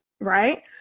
right